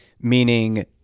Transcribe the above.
meaning